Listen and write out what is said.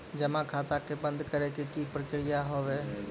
जमा खाता के बंद करे के की प्रक्रिया हाव हाय?